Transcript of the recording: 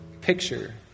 picture